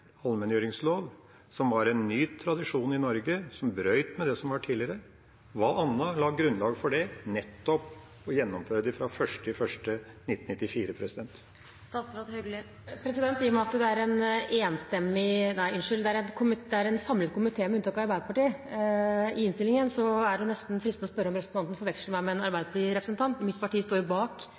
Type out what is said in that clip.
allmenngjøringslov, som var en ny tradisjon i Norge, som brøt med det som var tidligere? Hva annet la grunnlaget for nettopp å gjennomføre det fra 1. januar 1994? I og med at det er en samlet komité – med unntak av Arbeiderpartiet – i innstillingen er det nesten fristende å spørre om representanten forveksler meg med en Arbeiderparti-representant. Mitt parti står bak